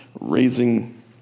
raising